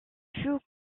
fut